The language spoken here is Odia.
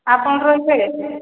ଆପଣ ରହିବେ